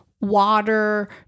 water